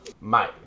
Mate